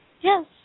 Yes